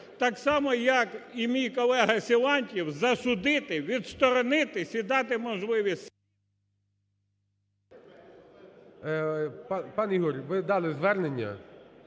так само як і мій колега Силантьєв, засудити, відсторонитись і дати можливість… ГОЛОВУЮЧИЙ. Пан Ігор, ви дали звернення,